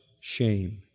shame